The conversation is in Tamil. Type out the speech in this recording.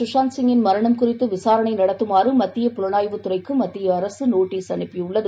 சுஷாந்த் சிங்கின் மரணம் சூறித்த விசாரணைநடத்தமாறுமத்திய புலனாய்வு பாலிவுட் துறைக்குமத்திய அரசுநோட்டீஸ் அனுப்பியுள்ளது